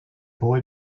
boy